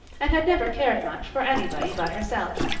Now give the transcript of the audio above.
and had never cared much for anybody but herself.